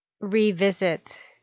Revisit